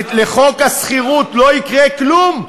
לחוק השכירות לא יקרה כלום.